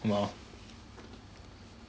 well